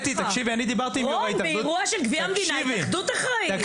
אירוע של גביע המדינה ההתאחדות אחראית.